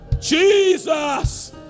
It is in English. Jesus